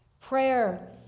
prayer